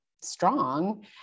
strong